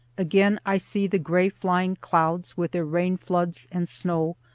again i see the gray flying clouds with their rain-floods and snow,